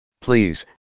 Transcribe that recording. Please